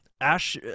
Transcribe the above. Ash